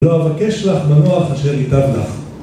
‫לא אבקש לך מנוח אשר ייטב לך.